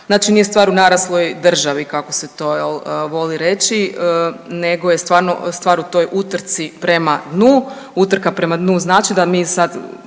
znači nije stvar u narasloj državi kako se to jel voli reći nego je stvarno stvar u toj utrci prema dnu. Utrka prema dnu znači da mi sad